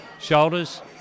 shoulders